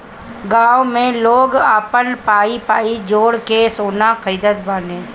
गांव में लोग आपन पाई पाई जोड़ के सोना खरीदत बाने